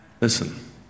listen